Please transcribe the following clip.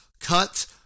cut